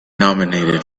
nominated